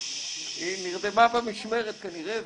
היא נרדמה במשמרת כנראה.